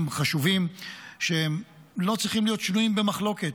חשובים שלא צריכים להיות שנויים במחלוקת.